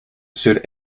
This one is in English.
shoot